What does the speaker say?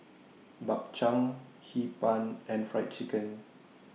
Bak Chang Hee Pan and Fried Chicken